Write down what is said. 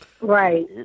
Right